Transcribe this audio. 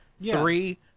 three